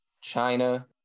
China